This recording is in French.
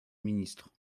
ministres